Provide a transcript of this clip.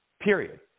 Period